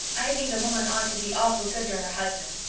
i think a woman ought to be awful good to her husband.